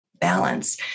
balance